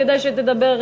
כדאי שתדבר,